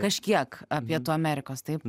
kažkiek apie amerikos taip